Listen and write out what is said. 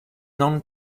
known